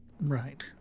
Right